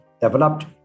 developed